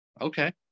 Okay